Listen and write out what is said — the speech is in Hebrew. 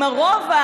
עם הרוב,